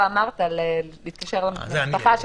אמרת להתקשר למשפחה שלך.